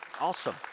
Awesome